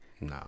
No